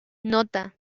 nota